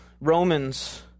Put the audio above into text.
Romans